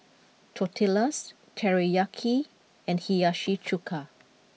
Tortillas Teriyaki and Hiyashi Chuka